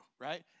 right